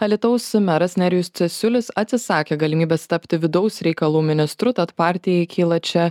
alytaus meras nerijus cesiulis atsisakė galimybės tapti vidaus reikalų ministru tad partijai kyla čia